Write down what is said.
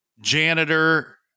janitor